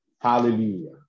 Hallelujah